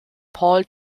paul